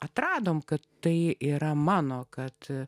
atradome kad tai yra mano kad